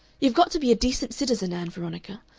you've got to be a decent citizen, ann veronica.